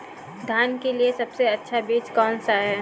धान के लिए सबसे अच्छा बीज कौन सा है?